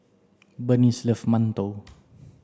bernice loves mantou